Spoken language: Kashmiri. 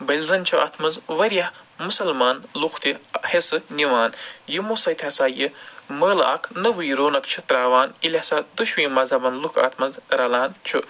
بلۍ زَن چھِ اَتھ منٛز واریاہ مُسلمان لُکھ تہِ حصہٕ نِوان یِمَو سۭتۍ ہسا یہِ مٲلہٕ اَکھ نٕوٕے رونق چھِ تراوان ییٚلہِ ہسا دۄشوٕنی مزہبٕکۍ لُکھ اَتھ منٛز رَلان چھِ